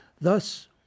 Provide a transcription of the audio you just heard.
Thus